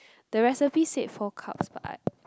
the recipe said four cups but